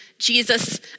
Jesus